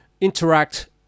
interact